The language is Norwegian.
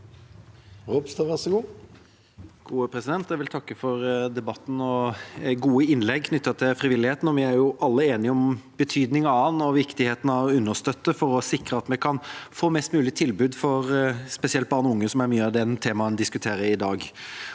Ropstad (KrF) Jeg vil takke for debatten og gode innlegg knyttet til frivilligheten. Vi er jo alle enige om betydningen av den og viktigheten av å understøtte for å sikre at vi kan få mest mulig tilbud for spesielt barn og unge, som mange av temaene vi diskuterer i dag,